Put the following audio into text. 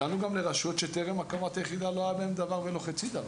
הגענו גם לרשויות שטרם הקמת היחידה לא היה בהן דבר ולא חצי דבר.